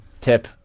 Tip